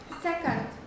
Second